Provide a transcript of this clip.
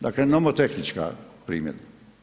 Dakle nomotehnička primjedba.